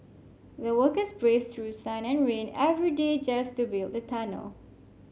the workers braved through sun and rain every day just to build the tunnel